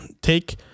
take